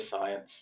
science